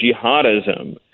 jihadism